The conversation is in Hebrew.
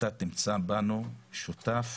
אתה תמצא בנו שותף